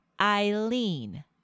Eileen